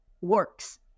works